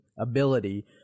ability